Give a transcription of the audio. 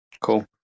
Cool